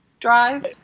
Drive